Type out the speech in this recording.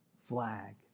flag